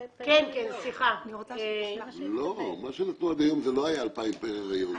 --- מה שנתנו עד היום זה לא היה 2,000 פר יולדת.